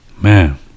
man